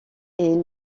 est